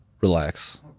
Relax